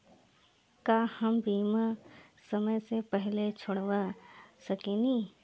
का हम बीमा समय से पहले छोड़वा सकेनी?